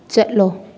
ꯆꯠꯂꯣ